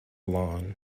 lawn